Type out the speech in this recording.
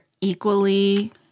equally